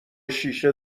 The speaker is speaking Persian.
شیشه